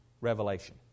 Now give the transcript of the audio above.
Revelation